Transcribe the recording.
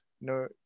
no